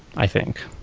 i think.